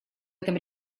этом